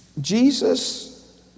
Jesus